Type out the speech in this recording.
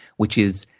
which is,